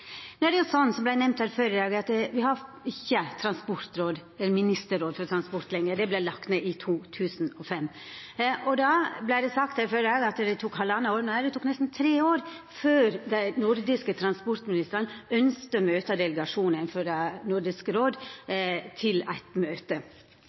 det er nemnt før i dag, har me ikkje ministerråd for transport lenger. Det vart lagt ned i 2005. Då vart det sagt at det tok halvtanna år, nei, det tok nesten tre år før dei nordiske transportministrane ønskte å møta delegasjonen for Nordisk råd